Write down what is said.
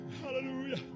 Hallelujah